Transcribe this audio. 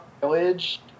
village